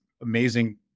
amazing